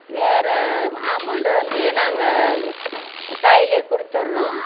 வேற அமௌண்ட்டு வந்து நாங்கள் கையிலே கொடுத்துறோம்